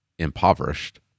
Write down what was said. impoverished